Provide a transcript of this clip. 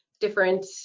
different